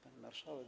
Pani Marszałek!